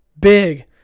big